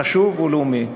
חשוב ולאומי,